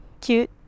cute